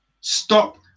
stop